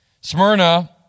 Smyrna